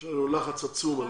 יש לנו לחץ עצום עליה,